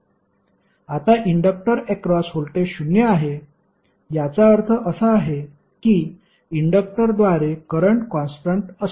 आता inductor across voltage शून्य आहे याचा अर्थ असा आहे की इंडक्टरद्वारे करंट कॉन्स्टन्ट असतो